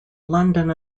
london